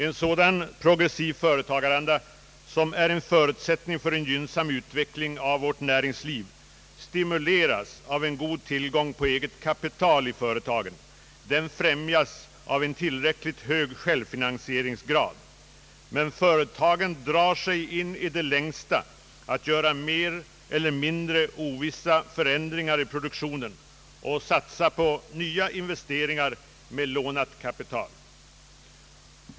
En sådan progressiv företagaranda, som är en förutsättning för en gynnsam utveckling av vårt näringsliv, stimuleras av en god tillgång på eget kapital i företaget. Den främjas av en tillräckligt hög självfinansieringsgrad, men företagen drar sig i det längsta för att göra mer eller mindre ovissa förändringar i produktionen och satsa på nya investeringar med lånat kapital.